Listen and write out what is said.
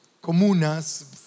comunas